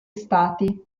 stati